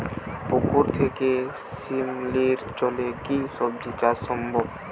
পুকুর থেকে শিমলির জলে কি সবজি চাষ সম্ভব?